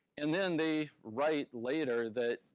and then they write later that,